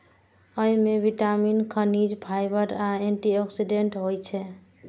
अय मे विटामिन, खनिज, फाइबर आ एंटी ऑक्सीडेंट होइ छै